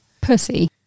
Pussy